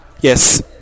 Yes